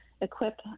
equip